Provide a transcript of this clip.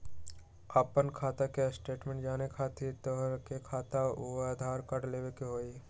आपन खाता के स्टेटमेंट जाने खातिर तोहके खाता अऊर आधार कार्ड लबे के होइ?